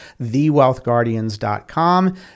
thewealthguardians.com